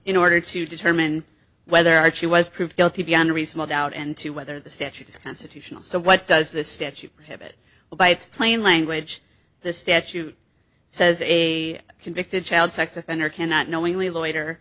in order to determine whether archie was proved guilty beyond a reasonable doubt and to whether the statute is constitutional so what does the statute have it by its plain language the statute says a convicted child sex offender cannot knowingly loiter